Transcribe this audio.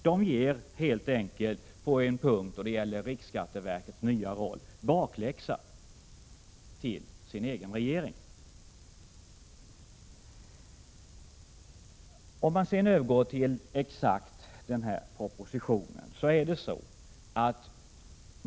De ger helt enkelt sin egen regering bakläxa när det gäller riksskatteverkets nya roll.